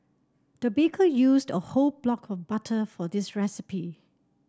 the baker used a whole block of butter for this recipe